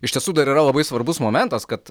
iš tiesų dar yra labai svarbus momentas kad